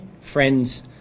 friends